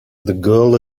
girl